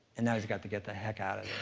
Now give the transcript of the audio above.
and now he's got to get the heck outta